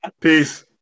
Peace